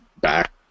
back